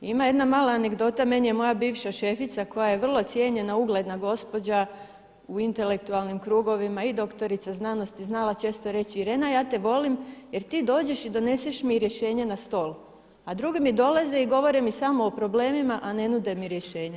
Ima jedna mala anegdota, meni je moja bivša šefica koja je vrlo cijenjena i ugledna gospođa u intelektualnim krugovima i doktorica znanosti znala često reći Irena ja te volim jer ti dođeš i doneseš mi rješenje na stol, a drugi mi dolaze i govore mi samo o problemima, a ne nude mi rješenja.